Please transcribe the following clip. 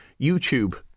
YouTube